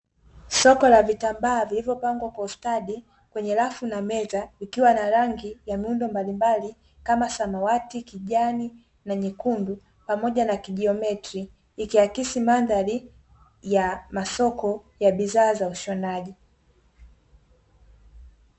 Soko la vitambaa vilivopangwa kwa ustadi kwenye rafu na meza, vikiwa na rangi ya miundo mbalimbali kama samawati, kijani na nyekundu pamoja na kijiometri ikiakisi mandhari ya masoko ya bidhaa za ushonaji.